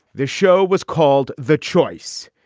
this show was called the choice.